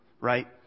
Right